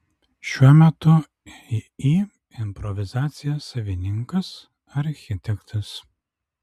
šiuo metu iį improvizacija savininkas architektas